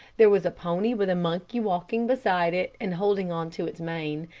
there was a pony with a monkey walking beside it and holding on to its mane,